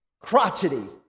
crotchety